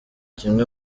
kimwe